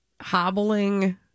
hobbling